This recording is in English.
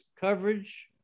coverage